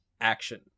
action